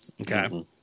Okay